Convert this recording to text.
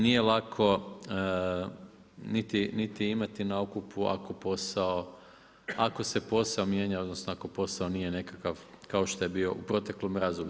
Nije lako niti imati na okupu ako posao, ako se posao mijenja, odnosno ako posao nije nekakav kao što je bio u proteklom razdoblju.